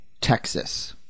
Texas